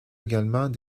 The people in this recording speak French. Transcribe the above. également